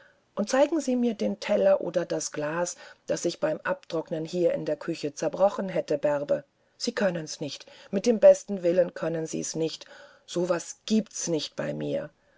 und zeigen sie mir den teller oder das glas das ich beim abtrocknen hier in der küche zerbrochen hätte bärbe sie können's nicht mit dem besten willen können sie's nicht so was giebt's nicht bei mir